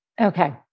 Okay